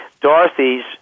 Dorothy's